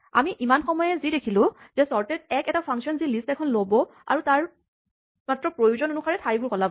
আমি ইমান সময়ে কি দেখিলোঁ যে চৰ্টেট১ এটা ফাংচন যি লিষ্ট এখন ল'ব আৰু মাত্ৰ প্ৰয়োজন অনুসাৰে ঠাইবোৰ সলাব